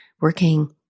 working